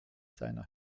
seiner